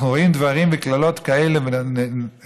אנחנו רואים דברים וקללות כאלה נוראיות,